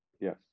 yes